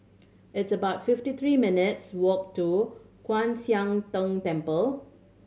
it's about fifty three minutes' walk to Kwan Siang Tng Temple